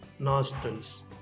nostrils